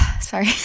sorry